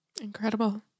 Incredible